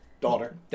Daughter